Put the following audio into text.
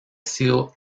sido